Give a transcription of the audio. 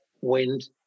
wind